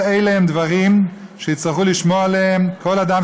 כל אלה הם דברים שיצטרכו לשמור עליהם לגבי כל אדם